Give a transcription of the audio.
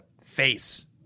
face